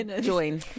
join